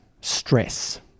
stress